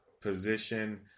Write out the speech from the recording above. position